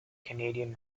canadian